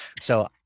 So-